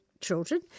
children